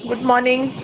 good morning